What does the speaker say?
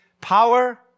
power